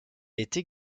était